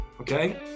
okay